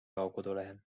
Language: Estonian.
kodulehel